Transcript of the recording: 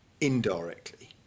indirectly